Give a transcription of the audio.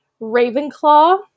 Ravenclaw